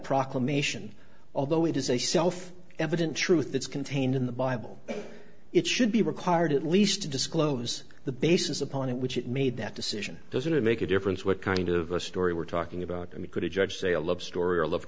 proclamation although it is a self evident truth that's contained in the bible it should be required at least to disclose the basis upon which it made that decision doesn't make a difference what kind of a story we're talking about i mean could it judge say a love story or a love